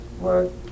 work